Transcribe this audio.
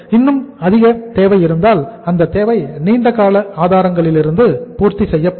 இன்னும் அதிக தேவை இருந்தால் அந்த தேவை நீண்டகால ஆதாரங்களிலிருந்து பூர்த்தி செய்யப்படும்